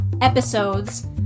episodes